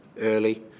early